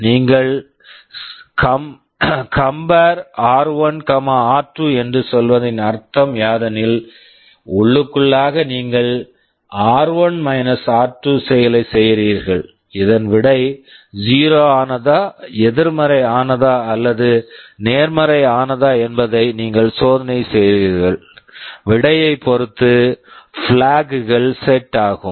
நீங்கள் CMP R one R two CMP r1 r2 என்று சொல்வதன் அர்த்தம் யாதெனில் உள்ளுக்குள்ளாக நீங்கள் ஆர்1 - ஆர்2 r1 r2 செயலை செய்கிறீர்கள் இதன் விடை 0 ஆனதா எதிர்மறை ஆனதா அல்லது நேர்மறை ஆனதா என்பதை நீங்கள் சோதனை செய்கிறீர்கள் விடையைப் பொறுத்து பிளாக் flag கள் செட் set ஆகும்